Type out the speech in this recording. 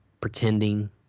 pretending